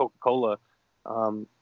Coca-Cola